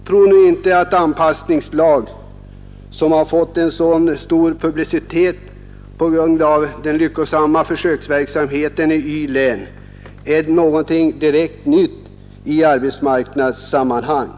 Tro nu inte att dessa anpassningslag, som har fått så stor publicitet på grund av den lyckosamma försöksverksamheten i Y län, är någonting direkt nytt i arbetsmarknadssammanhang!